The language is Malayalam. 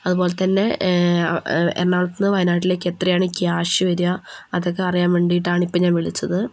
അതുപോലെത്തന്നെ എറണാകുളത്തു നിന്ന് വയനാട്ടിലേക്ക് എത്രയാണ് ക്യാഷ് വരുക അതൊക്കെ അറിയാൻ വേണ്ടീട്ടാണ് ഇപ്പോൾ ഞാൻ വിളിച്ചത്